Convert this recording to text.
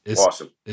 awesome